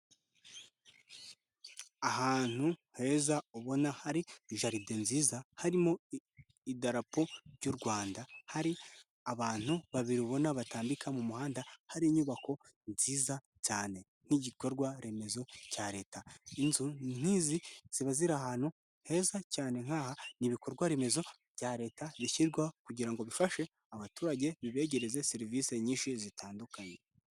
Ahantu heza ubona hari jaride nziza, harimo idarapo ry'u Rwanda, hari abantu babiri ubona batambika mu muhanda, hari inyubako nziza cyane nk'igikorwa remezo cya leta, inzu nk'izi ziba ziri ahantu heza cyane nk'aha, ni ibikorwaremezo bya leta bishyirwaho kugira ngo bifashe abaturage, bibegereze serivisi nyinshi zitandukanye.